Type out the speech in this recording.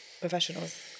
professionals